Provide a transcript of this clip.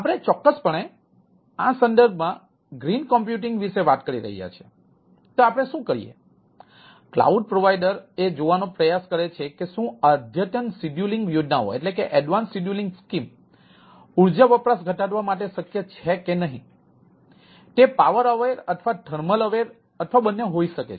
માટે આપણે ચોક્કસપણે આ સંદર્ભમાં ગ્રીન કમ્પ્યુટિંગ અથવા બંને હોઈ શકે છે